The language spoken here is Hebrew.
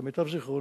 למיטב זיכרוני.